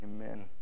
Amen